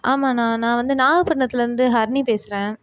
ஆமாண்ணா நான் வந்து நாகபட்டினத்துலேருந்து ஹரிணி பேசுகிறேன்